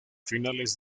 finales